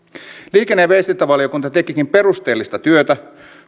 ja viestintävaliokunta tekikin perusteellista työtä